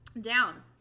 Down